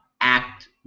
act